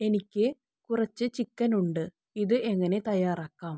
എനിക്ക് കുറച്ച് ചിക്കൻ ഉണ്ട് ഇത് എങ്ങനെ തയ്യാറാക്കാം